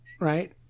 right